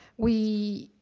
we,